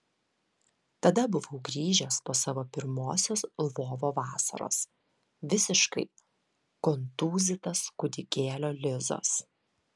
tada buvau grįžęs po savo pirmosios lvovo vasaros visiškai kontūzytas kūdikėlio lizos